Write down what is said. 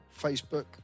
Facebook